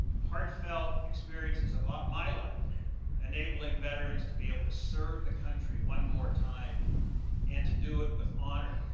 heartfelt experiences of ah my life enabling veterans to be able to serve the country one more time and to do it with honor.